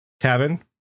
cabin